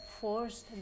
forced